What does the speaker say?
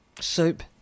soup